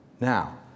Now